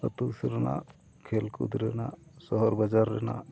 ᱟᱛᱳ ᱫᱤᱥᱚᱢ ᱨᱮᱱᱟᱜ ᱠᱷᱮᱞ ᱠᱚᱫᱽᱨᱟᱹ ᱨᱮᱱᱟᱜ ᱥᱚᱦᱚᱨ ᱵᱟᱡᱟᱨ ᱨᱮᱱᱟᱜ